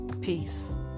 Peace